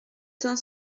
thun